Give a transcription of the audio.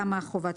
כאמור".